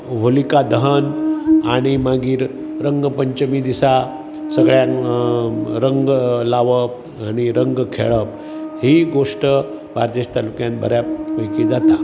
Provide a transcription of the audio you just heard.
होली का दहन आनी मागीर रंग पंचमी दिसा सगळ्यांक रंग लावप आनी रंग खेळप ही गोश्ट बार्देज तालुक्यान बऱ्या पैकी जाता